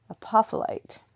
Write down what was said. apophyllite